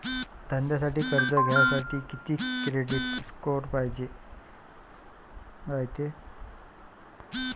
धंद्यासाठी कर्ज घ्यासाठी कितीक क्रेडिट स्कोर पायजेन रायते?